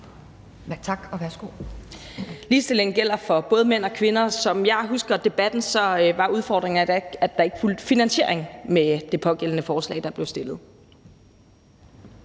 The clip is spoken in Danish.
(Trine Bramsen): Ligestilling gælder for både mænd og kvinder. Som jeg husker debatten, var udfordringen, at der ikke fulgte finansiering med det pågældende forslag, der blev fremsat.